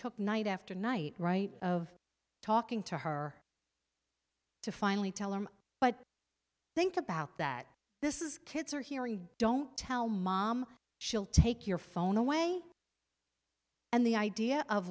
took night after night right of talking to her to finally tell him but think about that this is kids are hearing don't tell mom she'll take your phone away and the idea of